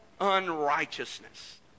unrighteousness